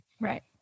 Right